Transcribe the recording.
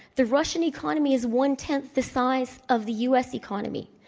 the russian economy is one-tenth the size of the u. s. economy.